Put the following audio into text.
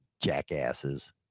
jackasses